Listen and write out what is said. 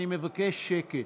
אני מבקש שקט.